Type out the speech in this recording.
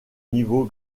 niveau